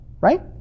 right